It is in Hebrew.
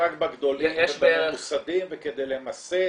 מד"א זה יהיה רק בגדולים ובממוסדים וכדי למסד